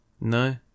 No